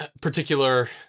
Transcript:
particular